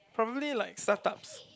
probably like startups